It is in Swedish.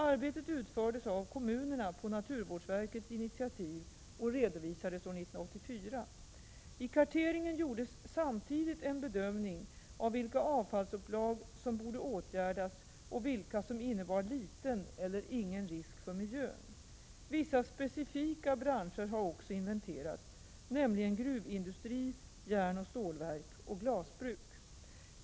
Arbetet utfördes av kommunerna på naturvårdsverkets initiativ och redovisades år 1984. I karteringen gjordes samtidigt en bedömning av vilka avfallsupplag som borde åtgärdas och vilka som innebar liten eller ingen risk för miljön. Vissa specifika branscher har också inventerats, nämligen gruvindustri, järnoch stålverk och glasbruk.